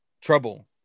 Trouble